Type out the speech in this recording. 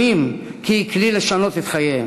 ומאמינים כי היא כלי לשנות את חייהם,